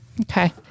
Okay